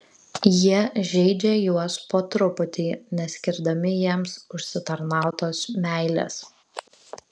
jie žeidžia juos po truputį neskirdami jiems užsitarnautos meilės